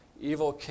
evil